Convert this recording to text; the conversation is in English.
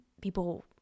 people